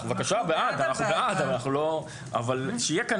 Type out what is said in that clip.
אנחנו בעד אבל שיהיה כאן